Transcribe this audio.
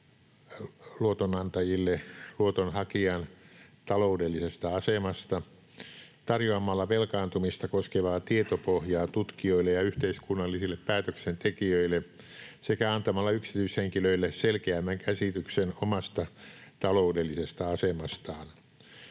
luotonantajille luotonhakijan taloudellisesta asemasta, tarjoamalla velkaantumista koskevaa tietopohjaa tutkijoille ja yhteiskunnallisille päätöksentekijöille sekä antamalla yksityishenkilöille selkeämmän käsityksen omasta taloudellisesta asemastaan.